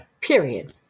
period